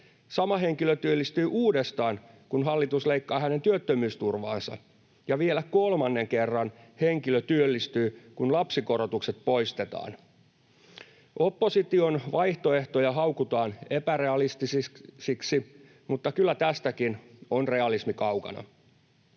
Sama henkilö työllistyy uudestaan, kun hallitus leikkaa hänen työttömyysturvaansa, ja vielä kolmannen kerran henkilö työllistyy, kun lapsikorotukset poistetaan. Opposition vaihtoehtoja haukutaan epärealistisiksi, mutta kyllä tästäkin on realismi kaukana.